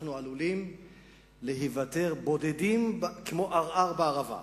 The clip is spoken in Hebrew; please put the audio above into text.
אנחנו עלולים להיוותר בודדים כמו ערער בערבה.